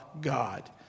God